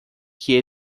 que